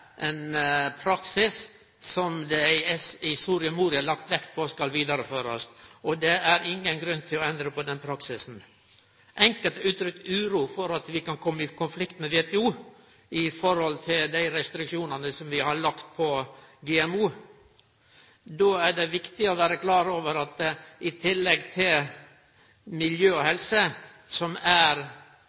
ein praksis som det i Soria-Moria-erklæringa er lagt vekt på skal vidareførast. Det er ingen grunn til å endre på den praksisen. Enkelte har uttrykt uro for at vi kan kome i konflikt med WTO i forhold til dei restriksjonane som vi har lagt på GMO. Då er det viktig å vere klar over at i tillegg til miljø og helse, som er